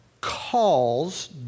calls